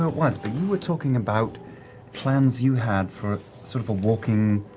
who it was, but you were talking about plans you had for sort of a walking,